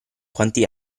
quanti